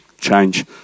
change